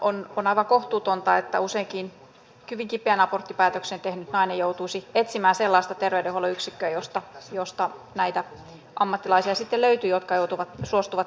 on aivan kohtuutonta että useinkin hyvin kipeän aborttipäätöksen tehnyt nainen joutuisi etsimään sellaista terveydenhuollon yksikköä josta sitten löytyy näitä ammattilaisia jotka suostuvat tämän toimenpiteen tekemään